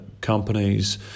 companies